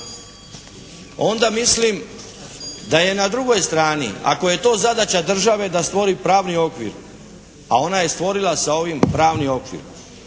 onda mislim da je na drugoj strani, ako je to zadaća države da stvori pravni okvir, a ona je stvorila sa ovim pravni okvir,